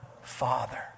Father